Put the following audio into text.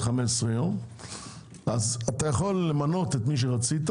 15 יום אתה יכול למנות מי שרצית